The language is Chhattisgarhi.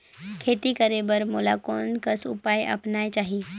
खेती करे बर मोला कोन कस उपाय अपनाये चाही?